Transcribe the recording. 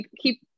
keep